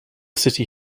city